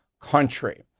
country